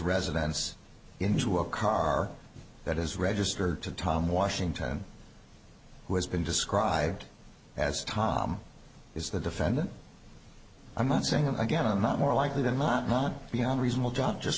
residence into a car that is registered to tom washington who has been described as tom is the defendant i'm not saying again i'm not more likely than not not beyond reasonable doubt just